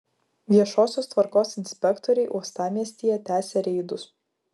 viešosios tvarkos inspektoriai uostamiestyje tęsia reidus